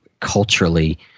culturally